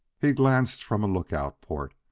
he glanced from a lookout port.